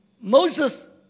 Moses